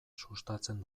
sustatzen